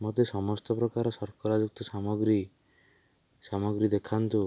ମୋତେ ସମସ୍ତ ପ୍ରକାରର ଶର୍କରାଯୁକ୍ତ ସାମଗ୍ରୀ ସାମଗ୍ରୀ ଦେଖାନ୍ତୁ